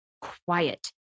quiet